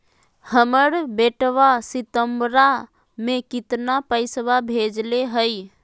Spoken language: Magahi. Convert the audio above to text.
हमर बेटवा सितंबरा में कितना पैसवा भेजले हई?